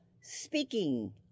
speaking